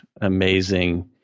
amazing